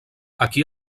aquí